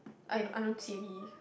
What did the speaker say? I don't I don't see any